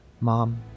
mom